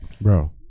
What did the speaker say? bro